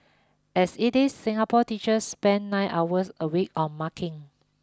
as it is Singapore teachers spend nine hours a week on marking